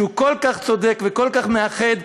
שהוא כל כך צודק וכל כך מאחד.